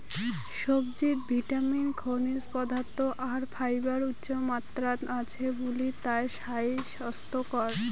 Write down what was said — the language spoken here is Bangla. সবজিত ভিটামিন, খনিজ পদার্থ আর ফাইবার উচ্চমাত্রাত আছে বুলি তায় স্বাইস্থ্যকর